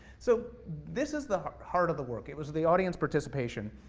so this is the heart heart of the work, it was the the audience participation.